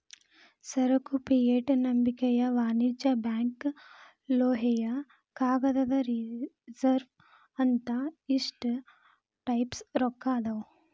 ಸರಕು ಫಿಯೆಟ್ ನಂಬಿಕೆಯ ವಾಣಿಜ್ಯ ಬ್ಯಾಂಕ್ ಲೋಹೇಯ ಕಾಗದದ ರಿಸರ್ವ್ ಅಂತ ಇಷ್ಟ ಟೈಪ್ಸ್ ರೊಕ್ಕಾ ಅದಾವ್